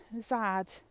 sad